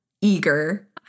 eager